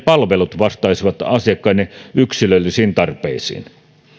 palvelut vastaisivat asiakkaiden yksilöllisiin tarpeisiin